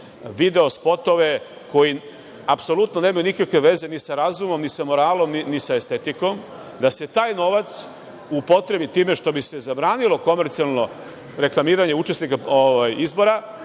video spotove koji apsolutno nemaju nikakve veze ni sa razumom, ni sa moralom, ni sa estetikom, da se taj novac upotrebi tako što bi se zabranilo komercijalno reklamiranje učesnika izbora,